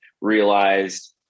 realized